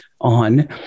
on